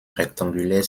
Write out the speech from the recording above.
rectangulaire